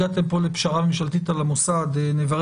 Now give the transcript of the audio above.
הגעתם כאן לפשרה ממשלתית על המוסד לביטוח לאומי,